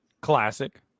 Classic